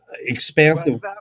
expansive